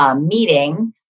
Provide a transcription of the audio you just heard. meeting